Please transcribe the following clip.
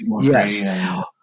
Yes